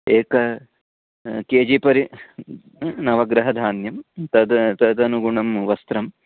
एकं K G परिमितं नवग्रहधान्यं तद् तदनुगुणं वस्त्रं